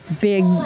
big